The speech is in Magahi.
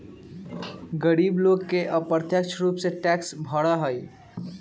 गरीब लोग भी अप्रत्यक्ष रूप से टैक्स भरा हई